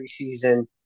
preseason